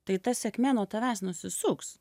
tai ta sėkmė nuo tavęs nusisuks